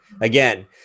again